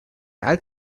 alt